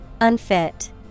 unfit